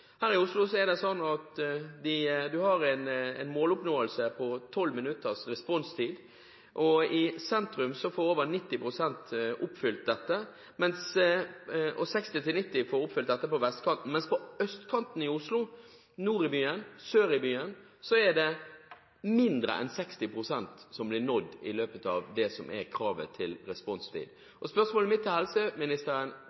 her i Oslo. Her i Oslo har man en måloppnåelse på 12 minutters responstid. I sentrum får over 90 pst. oppfylt dette, og 60–90 pst. får oppfylt dette på vestkanten, mens på østkanten i Oslo og nord og sør i byen er det mindre enn 60 pst. som blir nådd i løpet av det som er kravet til